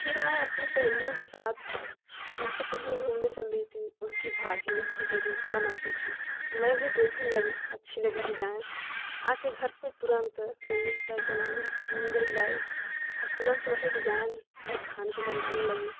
फिर मैं अपने सहेलियों के साथ ऐसे कहीं घूमने चल देती उसकी भाभी उसकी दीदी बनाती थी तो मैं भी देखने लगी अच्छी लगी डिजाइन आके घर पे तुरंत मम्मी से पैसा मांगी ऊन गई लाई और तुरंत वही डिजाइन मैं फान के बनाने लगी